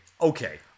okay